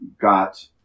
got